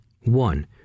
one